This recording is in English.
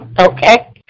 okay